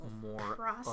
more